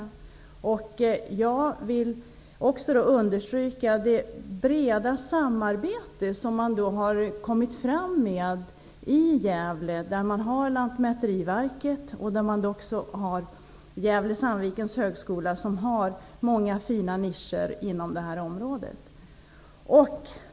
Jag vill understryka det breda samarbete som man har uppnått i Gävle, där man har Lantmäteriverket och Gävle/Sandvikens högskola som har många fina nischer inom byggforskningsområdet.